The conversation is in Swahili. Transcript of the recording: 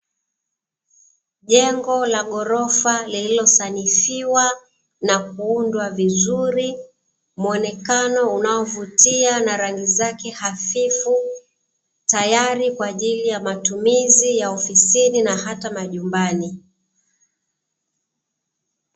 Jengo la ghorofa liliosanifiwa na kuundwa vizuri, muonekano unaovutia na rangi zake hafifu, tayari kwa ajili ya matumizi ya ofisini na hata majumbani.